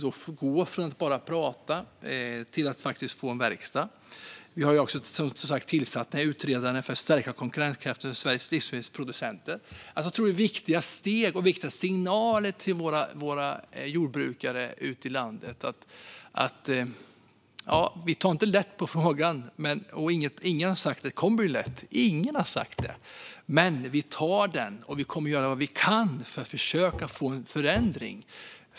Då går vi från att bara prata till att få verkstad. Vi har också tillsatt en utredare för att stärka konkurrenskraften för Sveriges livsmedelsproducenter. Det är viktiga steg och viktiga signaler till våra jordbrukare ute i landet. Vi tar inte lätt på frågan, och ingen har sagt att det kommer att bli lätt. Men vi kommer att göra vad vi kan för att försöka få en förändring.